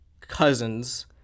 cousins